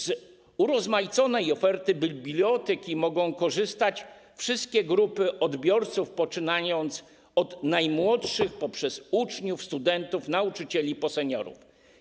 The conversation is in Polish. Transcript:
Z urozmaiconej oferty biblioteki mogą korzystać wszystkie grupy odbiorców, poczynając od najmłodszych poprzez uczniów, studentów, nauczycieli po seniorów.